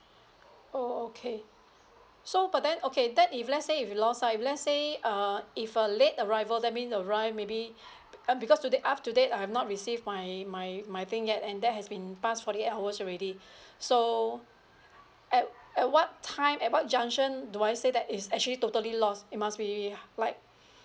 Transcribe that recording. oh okay so but then okay then if let's say if you lost ah if let's say uh if a late arrival that mean arrive maybe uh because today up to date I've not receive my my my thing yet and that has been passed forty eight hours already so at at what time at what junction do I say that is actually totally lost it must be like